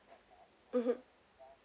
mmhmm